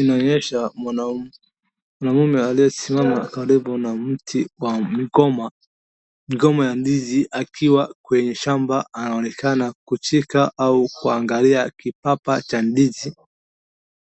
Inaonyesha mwanaume aliyesimama karibu na mti wa mgomba wa ndizi. Akiwa kwenye shamba anaonekana kucheka au kuangalia kipapa cha ndizi